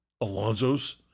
Alonzo's